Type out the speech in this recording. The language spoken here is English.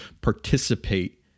participate